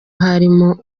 harimo